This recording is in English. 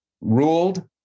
ruled